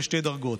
לשתי דרגות,